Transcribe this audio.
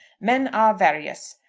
men are various,